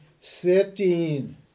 Sitting